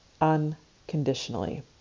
unconditionally